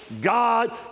God